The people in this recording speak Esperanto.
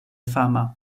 fama